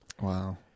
Wow